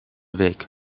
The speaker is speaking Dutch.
week